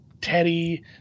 Teddy